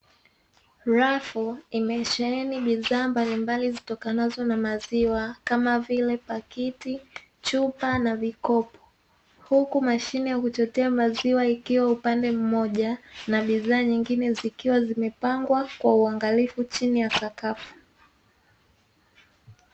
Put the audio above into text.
Rafu imesheena bidhaa mbalimbali zitokanazo na maziwa kama vile pakiti, chupa na vikopo. Huku mshine ya kuchotea maziwa ikiwa upande mmoja na bidhaa nyingine zikiwa zimepangwa kwa uangalifu chini ya sakafu.